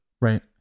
right